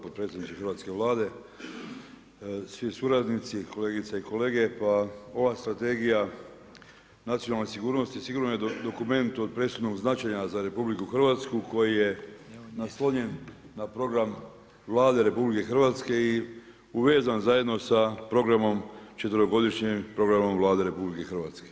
Potpredsjedniče Hrvatske Vlade, svi suradnici, kolegice i kolege, pa ova strategija nacionalne sigurnosti sigurno je dokument od presudnog značaja za RH, koji je naslonjen na program Vlade RH i uvezan zajedno sa programom četvrtgodišnjim programom Vlade RH.